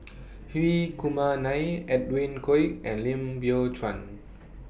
Hri Kumar Nair Edwin Koek and Lim Biow Chuan